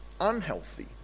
unhealthy